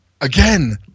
Again